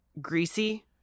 greasy